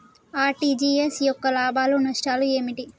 RTGS యొక్క లాభాలు నష్టాలు ఏమిటి?